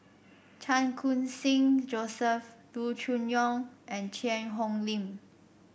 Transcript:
Chan Khun Sing Joseph Loo Choon Yong and Cheang Hong Lim